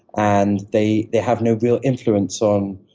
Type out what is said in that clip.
and they they have no real influence on